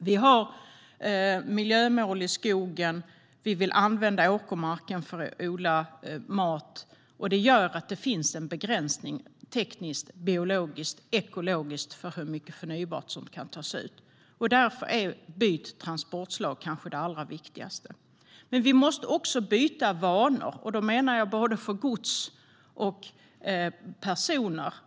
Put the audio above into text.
Vi har miljömål i skogen. Vi vill använda åkermarken för att odla mat. Det gör att det finns en begränsning tekniskt, biologiskt och ekologiskt för hur mycket förnybart som kan tas ut. Därför är ett byte av transportslag kanske det allra viktigaste. Vi måste dock också byta vanor, och då menar jag för både gods och personer.